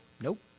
Nope